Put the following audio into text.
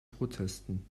protesten